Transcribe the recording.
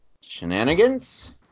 Shenanigans